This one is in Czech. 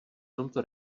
tomto